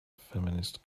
feminist